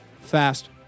fast